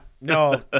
no